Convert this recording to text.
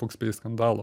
foks pei skandalo